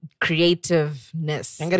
creativeness